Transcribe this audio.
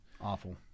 Awful